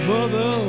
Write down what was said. Mother